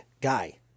guy